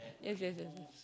yes yes yes yes